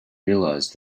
realize